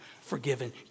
forgiven